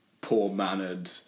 poor-mannered